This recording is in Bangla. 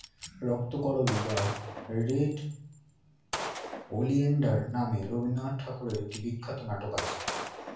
রক্তকরবী বা রেড ওলিয়েন্ডার নামে রবিন্দ্রনাথ ঠাকুরের একটি বিখ্যাত নাটক আছে